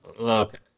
Look